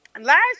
Last